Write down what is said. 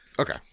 okay